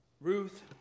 Ruth